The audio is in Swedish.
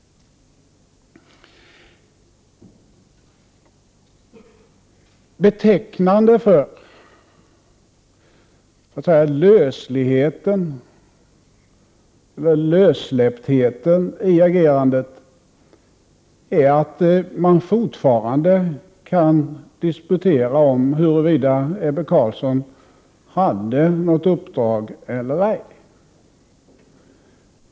Betecknande för lösligheten eller lössläpptheten i agerandet är att man fortfarande kan diskutera om huruvida Ebbe Carlsson hade något uppdrag eller ej.